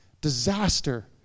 Disaster